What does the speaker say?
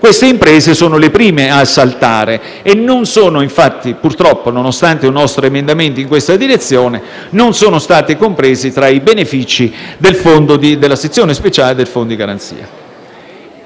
Queste imprese sono le prime a saltare e infatti purtroppo, nonostante un nostro emendamento in questa direzione, non sono state comprese tra i beneficiari della sezione speciale del fondo di garanzia.